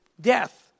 Death